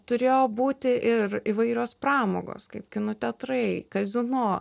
turėjo būti ir įvairios pramogos kaip kino teatrai kazino